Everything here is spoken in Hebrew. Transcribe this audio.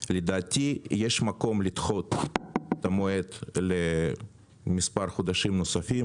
לדעתי יש מקום לדחות את המועד למספר חודשים נוספים,